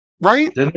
Right